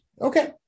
Okay